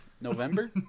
November